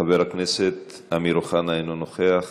חבר הכנסת אמיר אוחנה, אינו נוכח,